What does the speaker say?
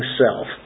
self